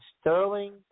Sterling